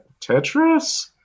Tetris